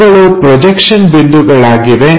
ಇವುಗಳು ಪ್ರೊಜೆಕ್ಷನ್ ಬಿಂದುಗಳಾಗಿವೆ